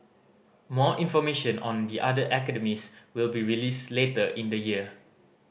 more information on the other academies will be released later in the year